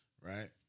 Right